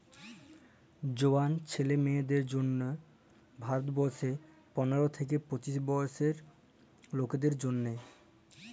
জয়াল ছিলা মিঁয়াদের জ্যনহে ভারতবর্ষলে পলের থ্যাইকে পঁচিশ বয়েসের লকদের জ্যনহে